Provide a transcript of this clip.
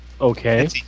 Okay